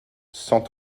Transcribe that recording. cent